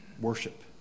worship